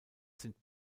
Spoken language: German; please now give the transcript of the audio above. sind